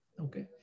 Okay